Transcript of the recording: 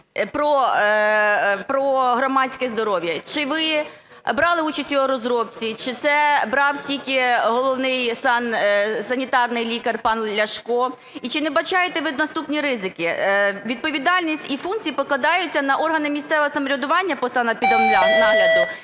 про громадське здоров'я: чи ви брали участь в його розробці, чи це брав тільки Головний санітарний лікар пан Ляшко? І чи не вбачаєте ви наступні ризики? Відповідальність і функції покладаються на органи місцевого самоврядування по санепідемнагляду